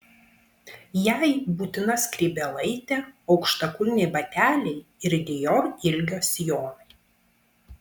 jai būtina skrybėlaitė aukštakulniai bateliai ir dior ilgio sijonai